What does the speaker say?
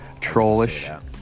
Trollish